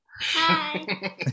Hi